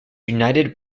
united